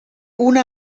una